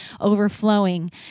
overflowing